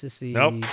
Nope